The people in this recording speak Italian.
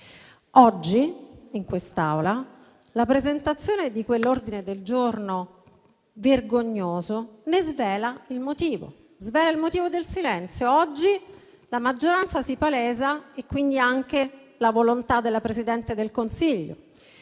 Oggi, in quest'Aula, la presentazione di quell'ordine del giorno vergognoso svela il motivo del silenzio. Oggi la maggioranza si palesa e quindi anche la volontà della Presidente del Consiglio.